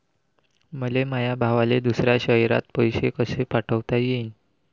मले माया भावाले दुसऱ्या शयरात पैसे कसे पाठवता येईन?